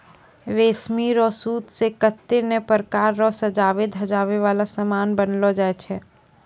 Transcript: रेशमी रो सूत से कतै नै प्रकार रो सजवै धजवै वाला समान बनैलो जाय छै